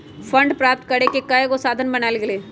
fund प्राप्त करेके कयगो साधन बनाएल गेल हइ